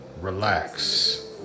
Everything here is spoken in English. relax